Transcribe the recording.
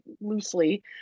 loosely